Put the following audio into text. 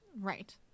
Right